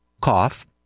cough